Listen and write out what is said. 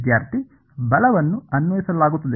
ವಿದ್ಯಾರ್ಥಿ ಬಲವನ್ನು ಅನ್ವಯಿಸಲಾಗುತ್ತದೆ